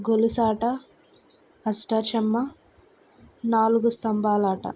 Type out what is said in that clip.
గొలుసు ఆట అష్టా చమ్మ నాలుగు స్తంభాలాట